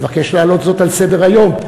מבקש להעלות זאת על סדר-היום,